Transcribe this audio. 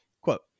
Quote